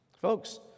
Folks